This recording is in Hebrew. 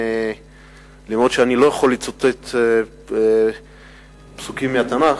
אף שאני לא יכול לצטט פסוקים מהתנ"ך,